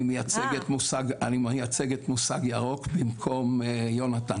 אני מייצג כרגע את "מושג ירוק" במקום יהונתן,